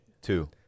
Two